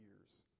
years